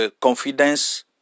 confidence